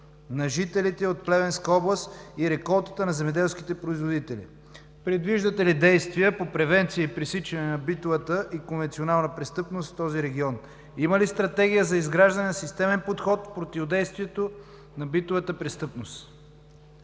на жителите от Плевенска област и реколтата на земеделските производители? Предвиждате ли действия по превенция и пресичане на битовата и конвенционална престъпност в този регион? Има ли стратегия за изграждане на системен подход в противодействието на битовата престъпност?